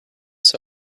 soul